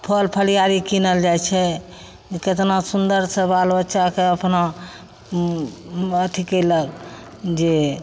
फल फलिहारी कीनल जाइ छै केतना सुन्दरसँ बाल बच्चाके अपना अथी कयलक जे